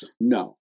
No